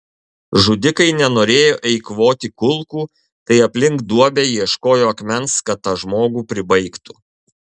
žudikai nenorėjo eikvoti kulkų tai aplink duobę ieškojo akmens kad tą žmogų pribaigtų